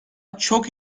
çok